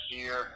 year